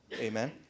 Amen